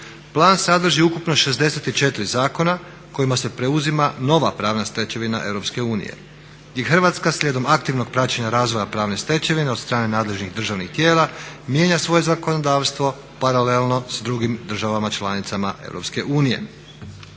Plan sadrži ukupno 64 zakona kojima se preuzima nova pravna stečevina Europske unije i Hrvatska slijedom aktivnog praćenja razvoja pravne stečevine od strane nadležnih državnih tijela mijenja svoje zakonodavstvo paralelno s drugim državama članicama